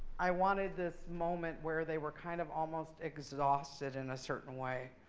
i wanted this moment where they were, kind of, almost exhausted in a certain way.